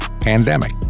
pandemic